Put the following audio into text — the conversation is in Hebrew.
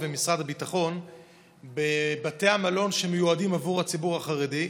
ומשרד הביטחון בבתי המלון שמיועדים עבור הציבור החרדי.